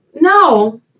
No